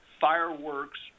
fireworks